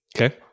Okay